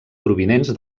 provinents